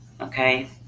okay